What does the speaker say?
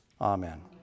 amen